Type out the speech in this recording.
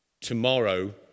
tomorrow